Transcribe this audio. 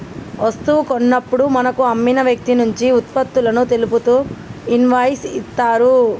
వస్తువు కొన్నప్పుడు మనకు అమ్మిన వ్యక్తినుంచి వుత్పత్తులను తెలుపుతూ ఇన్వాయిస్ ఇత్తరు